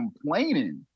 complaining